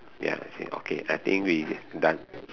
ya okay okay I think we done